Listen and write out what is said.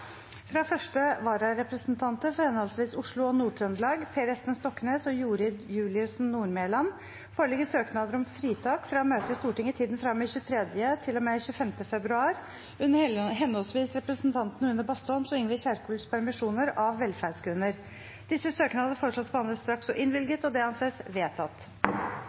Fra første vararepresentanter for henholdsvis Oslo og Nord-Trøndelag, Per Espen Stoknes og Jorid Juliussen Nordmelan , foreligger søknad om fritak fra å møte i Stortinget i tiden fra og med 23. februar og til og med 25. februar under henholdsvis representantene Une Bastholms og Ingvild Kjerkols permisjoner, av velferdsgrunner.